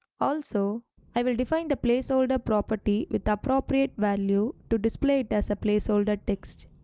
also i will define the placeholder property with appropriate value to display it as a placeholder text.